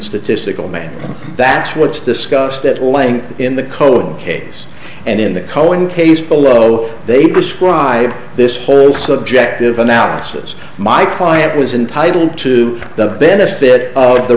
statistical made that's what's discussed at length in the cold case and in the cohen case below they prescribe this whole subjective analysis my client was entitle to the benefit of the